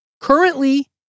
Currently